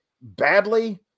badly